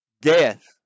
Death